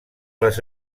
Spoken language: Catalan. les